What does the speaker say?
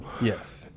Yes